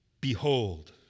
Behold